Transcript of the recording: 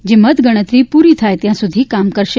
જે મતગજ઼તરી પૂરી થાય ત્યાં સુધી કામ કરશે